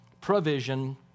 provision